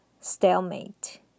stalemate